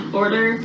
order